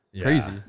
crazy